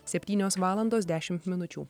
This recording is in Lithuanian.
septynios valandos dešimt minučių